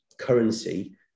currency